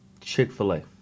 Chick-fil-A